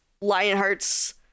Lionheart's